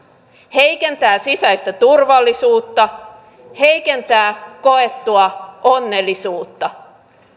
heikentävät sisäistä turvallisuutta heikentävät koettua onnellisuutta